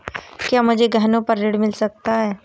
क्या मुझे गहनों पर ऋण मिल सकता है?